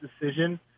decision